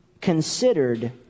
considered